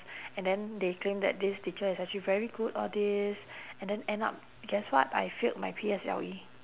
and then they claim that this teacher is actually very good all these and then end up guess what I failed my P_S_L_E